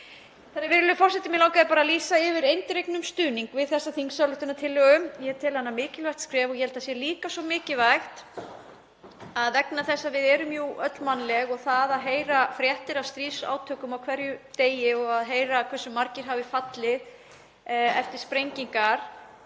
hugsa sér. Virðulegur forseti. Mig langaði bara að lýsa yfir eindregnum stuðningi við þessa þingsályktunartillögu. Ég tel hana mikilvægt skref og held að það sé líka svo mikilvægt vegna þess að við erum jú öll mannleg og það að heyra fréttir af stríðsátökum á hverju degi og að heyra hversu margir hafi fallið eftir sprengingar